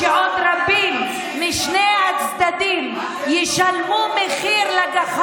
שעוד רבים משני הצדדים ישלמו, תמשיכי לחלום.